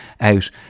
out